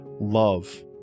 love